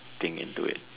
thing into it